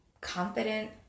confident